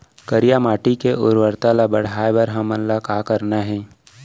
करिया माटी के उर्वरता ला बढ़ाए बर हमन ला का करना हे?